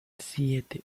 siete